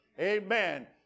Amen